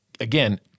Again